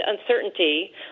uncertainty